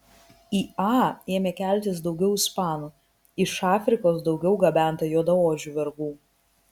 į a ėmė keltis daugiau ispanų iš afrikos daugiau gabenta juodaodžių vergų